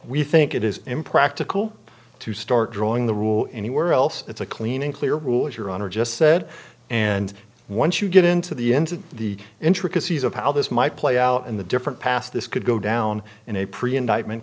we think it is impractical to start drawing the rule anywhere else it's a clean and clear rule as your honor just said and once you get into the ends of the intricacies of how this might play out in the different past this could go down in a pretty indictment